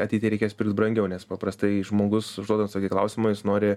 ateity reikės pirkt brangiau nes paprastai žmogus užduodan tokį klausimą jis nori